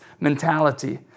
mentality